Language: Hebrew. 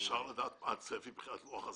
אפשר לדעת מה צפי מבחינת לוח הזמנים?